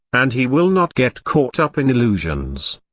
and he will not get caught up in illusions.